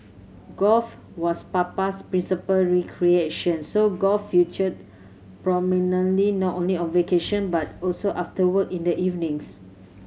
golf was Papa's principal recreation so golf featured prominently not only on vacation but also after work in the evenings